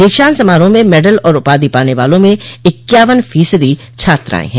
दीक्षान्त समारोह में मेडल और उपाधि पाने वालों में इक्यावन फीसदी छात्राएं है